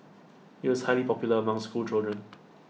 IT was highly popular among schoolchildren